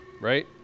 right